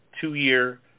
two-year